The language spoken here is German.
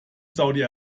saudi